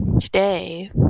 Today